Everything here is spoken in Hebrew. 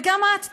גם את,